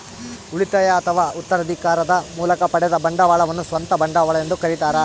ಉಳಿತಾಯ ಅಥವಾ ಉತ್ತರಾಧಿಕಾರದ ಮೂಲಕ ಪಡೆದ ಬಂಡವಾಳವನ್ನು ಸ್ವಂತ ಬಂಡವಾಳ ಎಂದು ಕರೀತಾರ